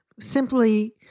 simply